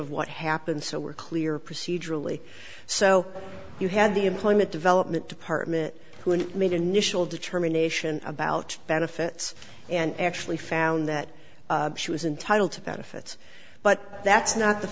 of what happened so we're clear procedurally so you had the employment development department who made initial determination about benefits and actually found that she was entitle to benefits but that's not the